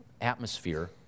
atmosphere